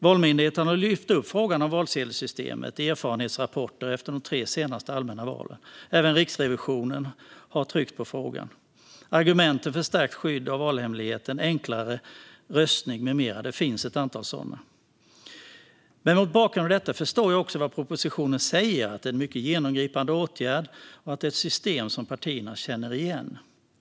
Valmyndigheten har lyft upp frågan om valsedelsystemet i erfarenhetsrapporter efter de tre senaste allmänna valen. Även Riksrevisionen har tryckt på frågan. Det finns ett antal argument för stärkt skydd av valhemligheten, enklare röstning med mera. Mot bakgrund av detta förstår jag också vad propositionen säger om att det är en mycket genomgripande åtgärd och att det rör sig om ett system som partierna känner igen.